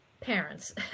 parents